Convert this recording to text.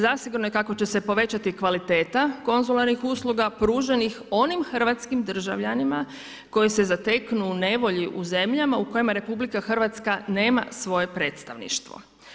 Zasigurno je kako će se povećati kvaliteta konzularnih usluga pruženih onim hrvatskim državljanima koji se zateknu u nevolji u zemljama u kojima RH nema svoje predstavništvo.